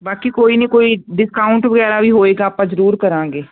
ਬਾਕੀ ਕੋਈ ਨਹੀਂ ਕੋਈ ਡਿਸਕਾਊਂਟ ਵਗੈਰਾ ਵੀ ਹੋਏਗਾ ਆਪਾਂ ਜਰੂਰ ਕਰਾਂਗੇ